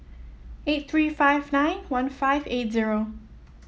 eight three five nine one five eight zero